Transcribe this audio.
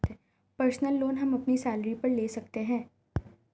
personal loan हम अपनी salary पर ले सकते है